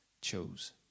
chose